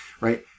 right